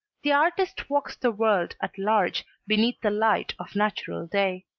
the artist walks the world at large beneath the light of natural day.